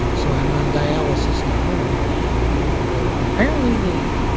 um so i'm on dialysis now and and apparently the